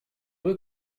veut